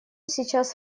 сейчас